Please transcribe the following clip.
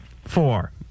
Four